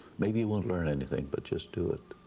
maybe you won't learn anything but just do it.